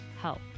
help